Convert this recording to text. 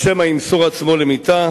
או שמא ימסור עצמו למיתה.